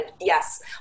yes